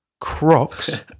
Crocs